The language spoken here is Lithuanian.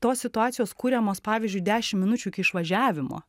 tos situacijos kuriamos pavyzdžiui dešim minučių iki išvažiavimo